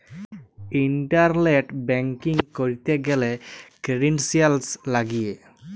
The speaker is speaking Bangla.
ইন্টারলেট ব্যাংকিং ক্যরতে গ্যালে ক্রিডেন্সিয়ালস লাগিয়ে